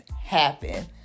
happen